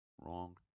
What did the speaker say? wrong